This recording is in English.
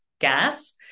gas